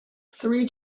three